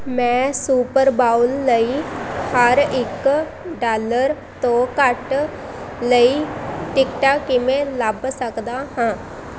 ਮੈਂ super bowl ਲਈ ਹਰ ਇੱਕ ਡਾਲਰ ਤੋਂ ਘੱਟ ਲਈ ਟਿਕਟਾਂ ਕਿਵੇਂ ਲੱਭ ਸਕਦਾ ਹਾਂ